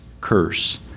curse